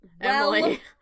Emily